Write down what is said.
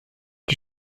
die